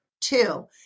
two